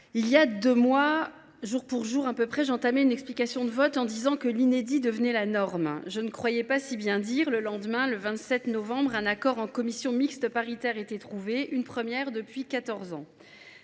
il y a deux mois, presque jour pour jour, j’entamais mon explication de vote sur le PLFSS en affirmant que l’inédit devenait la norme. Je ne croyais pas si bien dire ! Le lendemain, le 27 novembre, un accord en commission mixte paritaire était trouvé – une première depuis